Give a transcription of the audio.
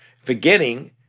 forgetting